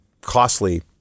costly